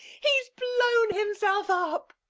he's blown himself up.